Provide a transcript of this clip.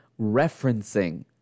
referencing